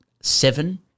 seven